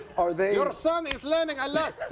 are they. your son is learning a lot.